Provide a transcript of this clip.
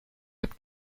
mit